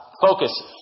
focus